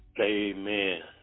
Amen